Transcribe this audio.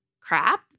crap